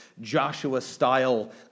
Joshua-style